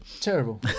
terrible